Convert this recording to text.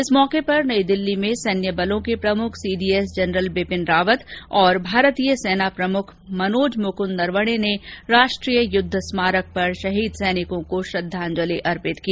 इस मौके पर आज नई दिल्ली में सैन्य बलों के प्रमुख सीडीएस जनरल बिपिन रावत और भारतीय सेना प्रमुख मनोज मुकद नरवणे ने राष्ट्रीय युद्ध स्मारक पर शहीद सैनिकों को श्रद्वांजलि अर्पित की